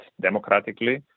democratically